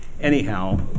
Anyhow